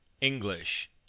English